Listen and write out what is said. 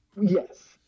Yes